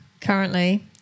currently